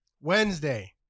Wednesday